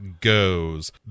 goes